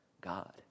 God